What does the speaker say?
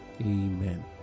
Amen